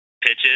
pitches